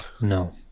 no